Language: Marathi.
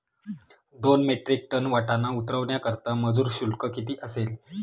दोन मेट्रिक टन वाटाणा उतरवण्याकरता मजूर शुल्क किती असेल?